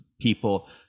people